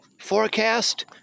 forecast